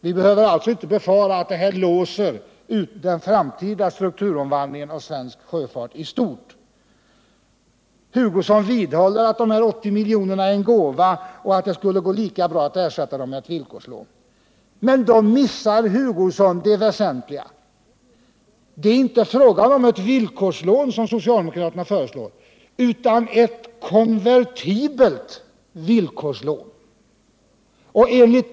Vi behöver alltså inte befara att nu förordade åtgärder låser den framtida strukturomvandlingen av svensk sjöfart i stort. Kurt Hugosson vidhåller att de 80 miljoner kronorna är en gåva och att det skulle gå lika bra att ersätta dem med villkorslån. Men då missar han det väsentliga. Det är inte fråga om ett villkorslån, som socialdemokraterna föreslår, utan ett konvertibelt villkorslån.